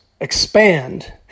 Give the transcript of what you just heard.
expand